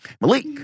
Malik